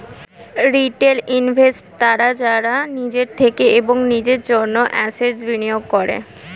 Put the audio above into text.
retail investors তারা যারা নিজের থেকে এবং নিজের জন্য অ্যাসেট্স্ বিনিয়োগ করে